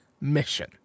mission